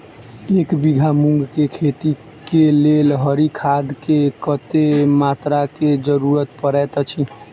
एक बीघा मूंग केँ खेती केँ लेल हरी खाद केँ कत्ते मात्रा केँ जरूरत पड़तै अछि?